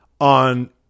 on